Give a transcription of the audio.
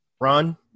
Run